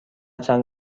چند